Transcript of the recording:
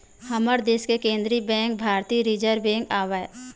हमर देस के केंद्रीय बेंक भारतीय रिर्जव बेंक आवय